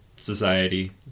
society